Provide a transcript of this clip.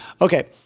Okay